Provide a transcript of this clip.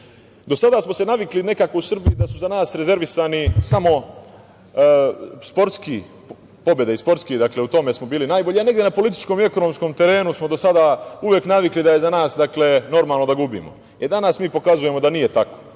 sada smo se navikli nekako u Srbiji da su za nas rezervisani samo sportske pobede, u tome smo bili najbolji, a negde na političkom i ekonomskom terenu smo do sada uvek navikli da je za nas normalno da gubimo. Danas mi pokazujemo da nije tako,